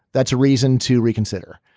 that's a reason to reconsider.